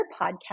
podcast